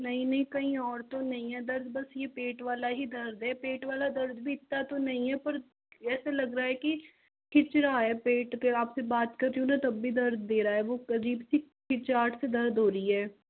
नहीं नहीं कहीं और तो नहीं है दर्द बस यह पेट वाला ही दर्द है पेट वाला दर्द भी इतना तो नहीं है पर ऐसा लग रहा है कि खींच रहा है पेट आपसे बात कर रही हूँ न तब भी दर्द दे रहा है वो अजीब सी खिंचाहट से दर्द हो रही है